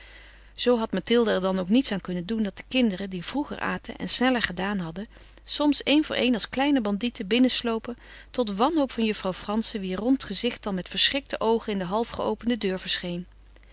zoo had mathilde er dan ook niets aan kunnen doen dat de kinderen die vroeger aten en sneller gedaan hadden soms een voor een als kleine bandieten binnenslopen tot wanhoop van juffrouw frantzen wier rond gezicht dan met verschrikte oogen in de halfgeopende deur verscheen